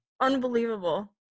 Unbelievable